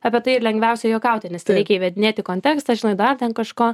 apie tai ir lengviausia juokauti nes nereikia įvedinėti kontekstą žinai dar ten kažko